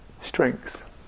strength